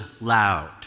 loud